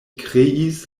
kreis